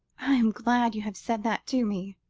i am glad you have said that to me,